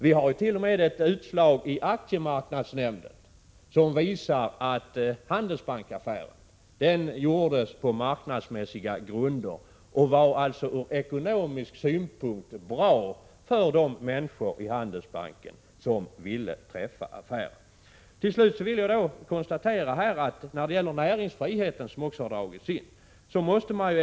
Vi har t.o.m. ett utslag i aktiemarknadsnämnden som visar att Handelsbanksaffären gjordes på marknadsmässiga grunder och alltså från ekonomisk synpunkt var bra för de människor i Handelsbanken som ville göra den. Till sist vill jag göra ett konstaterande när det gäller näringsfriheten, som också har dragits in i sammanhanget.